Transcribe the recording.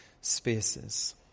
spaces